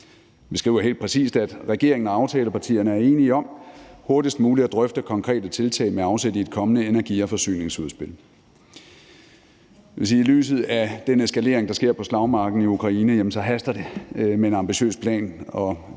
Vi skriver helt præcist, at regeringen og aftalepartierne er enige om hurtigst muligt at drøfte konkrete tiltag med afsæt i et kommende energi- og forsyningsudspil. Det vil sige, at i lyset af den eskalering, der sker på slagmarken i Ukraine, haster det med en ambitiøs plan, og